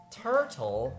turtle